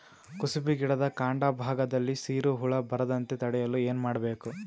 ಕುಸುಬಿ ಗಿಡದ ಕಾಂಡ ಭಾಗದಲ್ಲಿ ಸೀರು ಹುಳು ಬರದಂತೆ ತಡೆಯಲು ಏನ್ ಮಾಡಬೇಕು?